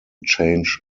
change